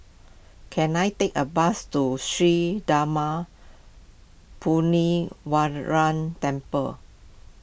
can I take a bus to Sri Darma Temple